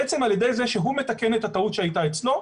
בעצם על ידי זה שהוא מתקן את הטעות שהייתה אצלו,